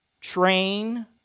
train